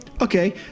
Okay